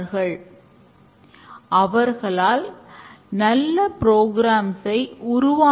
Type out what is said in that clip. scrum கட்டமைப்பில் சில சொற்கள் உண்டு